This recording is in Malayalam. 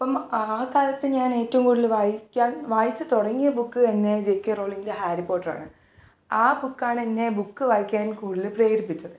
അപ്പം ആ കാലത്ത് ഞാൻ ഏറ്റോം കൂടുതൽ വായിക്കാൻ വായിച്ച് തുടങ്ങിയ ബുക്ക് എന്നെ ജേ ക്കെ റൗളിങ്ങിന്റെ ഹാരി പോട്ടറാണ് ആ ബുക്കാണെന്നെ ബുക്ക് വായിക്കാൻ കൂടുതൽ പ്രേരിപ്പിച്ചത്